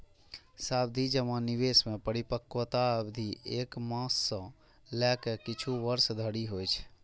सावाधि जमा निवेश मे परिपक्वता अवधि एक मास सं लए के किछु वर्ष धरि होइ छै